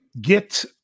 get